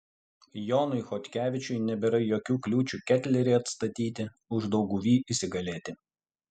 jonui chodkevičiui nebėra jokių kliūčių ketlerį atstatyti uždauguvy įsigalėti